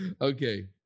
okay